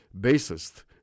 bassist